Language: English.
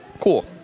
cool